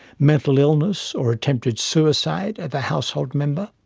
mental illness or attempted suicide of a household member